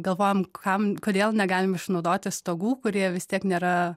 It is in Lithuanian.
galvojom kam kodėl negalim išnaudoti stogų kurie vis tiek nėra